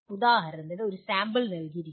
ഉദാഹരണത്തിന് ഒരു സാമ്പിൾ നൽകിയിരിക്കുന്നു